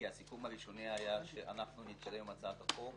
כי הסיכום הראשוני היה שאנחנו נתקדם עם הצעת החוק